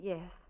Yes